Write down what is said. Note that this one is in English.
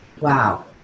wow